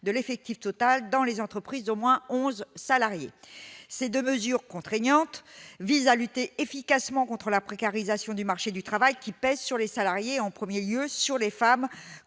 de l'effectif total dans les entreprises d'au moins 11 salariés, ces 2 mesures contraignantes visant à lutter efficacement contre la précarisation du marché du travail qui pèse sur les salariés en 1er lieu sur les femmes,